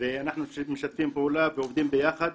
ואנחנו משתפים פעולה ועובדים ביחד.